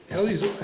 Ellie's